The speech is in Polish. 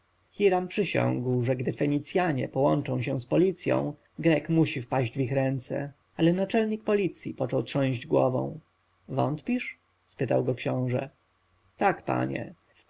przysiągł że gdy fenicjanie połączą się z policją grek musi wpaść w ich ręce ale naczelnik policji począł trząść głową wątpisz spytał go książę tak panie